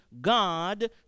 God